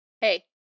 Hey